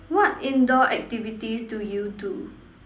what indoor activities do you do